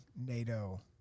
NATO